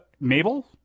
Mabel